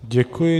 Děkuji.